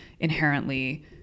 Inherently